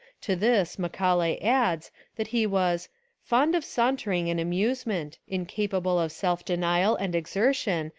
to this macaulay adds that he was fond of sauntering and amusement, incapable of self-denial and exer tion,